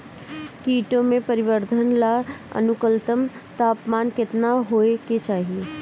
कीटो के परिवरर्धन ला अनुकूलतम तापमान केतना होए के चाही?